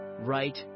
right